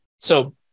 So-